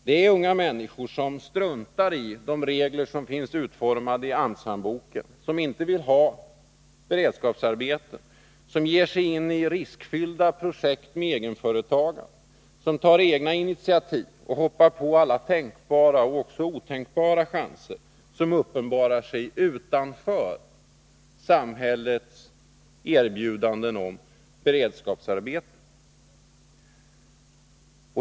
Det är unga människor som struntar i de regler som finns utformade i AMS-handboken, som inte vill ha beredskapsarbeten, som ger sig in i riskfyllda projekt med egenföretagande, som tar egna initiativ och griper alla tänkbara och otänkbara chanser som uppenbarar sig utanför samhällets erbjudanden om beredskapsarbeten.